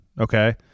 Okay